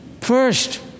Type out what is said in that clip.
first